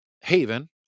Haven